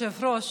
רק אומרת.